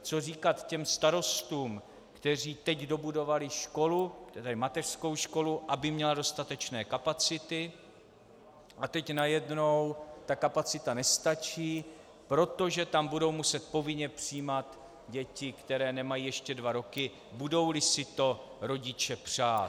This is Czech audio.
Co říkat starostům, kteří teď dobudovali školu, mateřskou školu, aby měla dostatečné kapacity, a teď najednou ta kapacita nestačí, protože tam budou muset povinně přijímat děti, které nemají ještě dva roky, budouli si to rodiče přát?